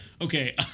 Okay